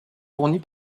fournis